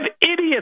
idiots